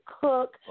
cook